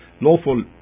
lawful